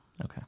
Okay